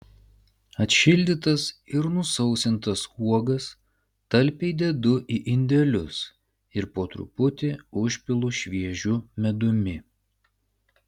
atšildytas ir nusausintas uogas talpiai dedu į indelius ir po truputį užpilu šviežiu medumi